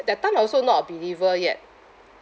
that time also not a believer yet